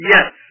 Yes